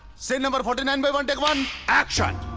scene number forty nine by one. take one. action.